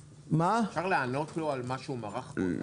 אפשר לענות לו על מה שהוא מרח פה?